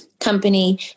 Company